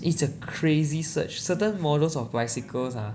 it's a crazy surge certain models of bicycles ah